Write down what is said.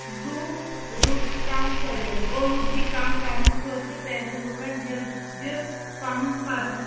زُو رُح کَم کٔرِتھ اولوٗدگی کَم کَرنہٕ خٲطرٕ پزِ لُکَن دِل دِتھ پَنُن فرٕض